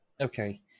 Okay